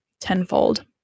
tenfold